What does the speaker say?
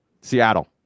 Seattle